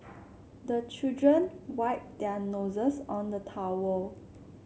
the children wipe their noses on the towel